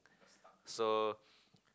so